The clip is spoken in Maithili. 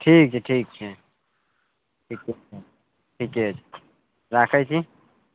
ठीक छै ठीक छै ठीके छै ठीके छै राखय छी